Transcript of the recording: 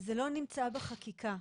וזה לא נמצא בחקיקה.